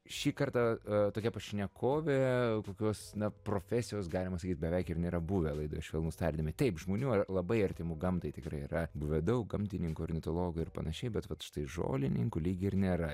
šį kartą tokia pašnekovė kokios na profesijos galima sakyt beveik ir nėra buvę laidoje švelnūs tardymai taip žmonių ar labai artimų gamtai tikrai yra buvę daug gamtininkų ornitologų ir panašiai bet vat štai žolininkų lyg ir nėra